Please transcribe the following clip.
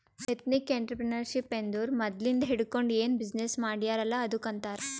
ethnic entrepreneurship ಅಂದುರ್ ಮದ್ಲಿಂದ್ ಹಿಡ್ಕೊಂಡ್ ಏನ್ ಬಿಸಿನ್ನೆಸ್ ಮಾಡ್ಯಾರ್ ಅಲ್ಲ ಅದ್ದುಕ್ ಆಂತಾರ್